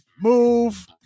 move